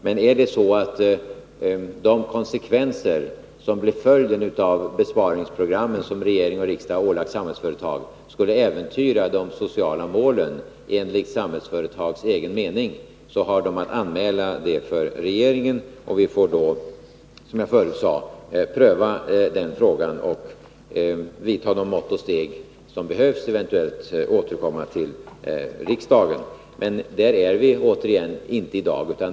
Men om de konsekvenser som blir följden av de besparingsprogram som regering och riksdag har ålagt Samhällsföretag skulle, enligt Samhällsföretags egen mening, äventyra de sociala målen, har Samhällsföretag att anmäla det för regeringen. Vi får då, som jag förut sade, pröva frågan och vidta de mått och steg som behövs och eventuellt återkomma till riksdagen. Men där är vi, återigen, inte i dag.